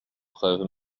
preuves